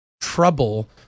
trouble